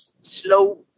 slow